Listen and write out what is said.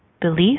Belief